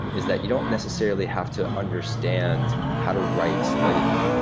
is that you don't necessarily have to understand how to write solidity.